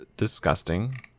Disgusting